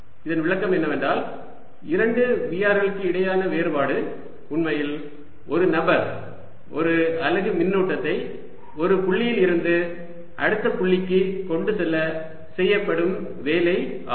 இதன் விளக்கம் என்னவென்றால் இரண்டு Vr களுக்கு இடையிலான வேறுபாடு உண்மையில் ஒரு நபர் ஒரு அலகு மின்னூட்டத்தை ஒரு புள்ளியில் இருந்து அடுத்த புள்ளிக்கு கொண்டு செல்ல செய்யப்படும் வேலை ஆகும்